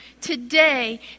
today